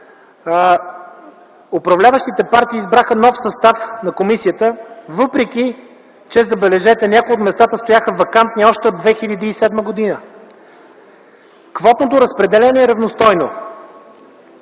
управляващите партии избраха нов състав на комисията, въпреки че, забележете, някои от местата стояха вакантни още от 2007 г. Квотното разпределение е равностойно